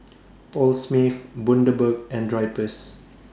Paul Smith Bundaberg and Drypers